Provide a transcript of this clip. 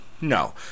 no